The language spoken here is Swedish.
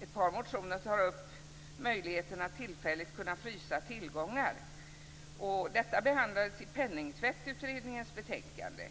I ett par motioner tar man upp möjligheten att tillfälligt frysa tillgångar. Detta behandlades i Penningtvättutredningens betänkande,